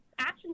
Action